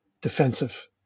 defensive